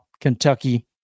Kentucky